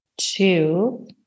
two